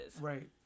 Right